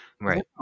Right